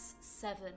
seven